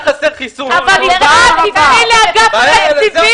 יפעת, תפני לאגף התקציבים.